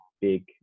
big